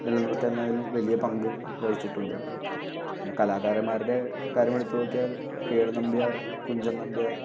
നിലനിര്ത്തുന്നതിൽ വലിയ പങ്കു വഹിച്ചിട്ടുണ്ട് പിന്നെ കലാകാരന്മാരുടെ കാര്യമെടുത്തു നോക്കിയാല് കേളു നമ്പ്യാര് കുഞ്ചന് നമ്പ്യാര്